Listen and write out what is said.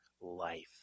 life